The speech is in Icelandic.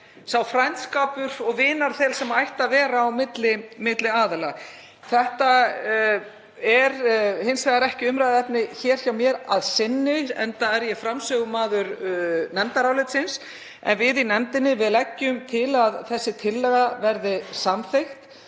sá frændskapur og vinarþel sem ætti að vera á milli aðila. Þetta er hins vegar ekki umræðuefni hér hjá mér að sinni enda er ég framsögumaður nefndarálitsins. Við í nefndinni leggjum til að þessi tillaga verði samþykkt.